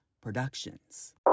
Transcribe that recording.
Productions